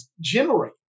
generate